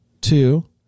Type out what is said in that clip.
two